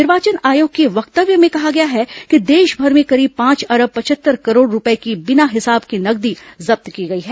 निर्वाचन आयोग के वक्तव्य में कहा गया है कि देश भर में करीब पांच अरब पचहत्तर करोड़ रूपये की बिना हिसाब की नकदी जब्त की गई है